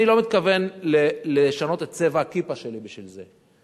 אני לא מתכוון לשנות את צבע הכיפה שלי בשביל זה.